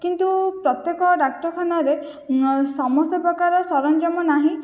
କିନ୍ତୁ ପ୍ରତ୍ୟେକ ଡ଼ାକ୍ତରଖାନାରେ ସମସ୍ତ ପ୍ରକାର ସରଞ୍ଜାମ ନାହିଁ